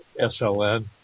SLN